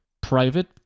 private